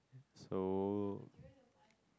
so